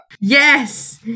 Yes